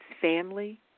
family